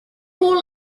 all